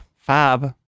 Fab